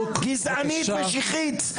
גזענית משיחית,